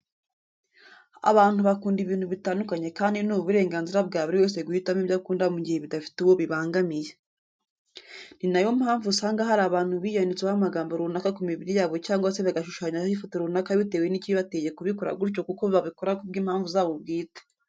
Abantu bakunda ibintu bitandukanye kandi ni uburenganzira bwa buri wese guhitamo ibyo akunda mu gihe bidafite uwo bibangamiye. Ni nayo mpamvu usanga hari abantu biyanditseho amagambo runaka ku mibiri yabo cyangwa se bagashushanyaho ifoto runaka bitewe nikibateye kubikora gutyo kuko babikora ku bw'impamvu zabo bwite.